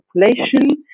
population